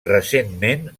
recentment